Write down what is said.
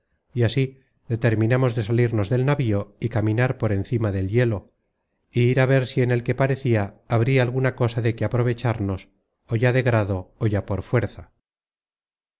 y así determinamos de salirnos del navío y caminar por encima del hielo y ir a ver si en el que se parecia habria alguna cosa de que aprovecharnos ó ya de grado ó ya por fuerza